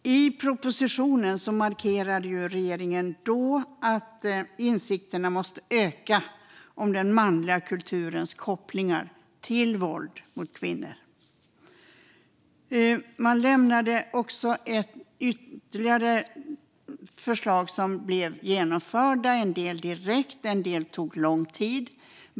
I propositionen markerade regeringen att insikterna måste öka om den manliga kulturens kopplingar till våld mot kvinnor. Man lämnade också ytterligare förslag som blev genomförda, en del direkt, andra efter lång tid.